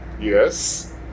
Yes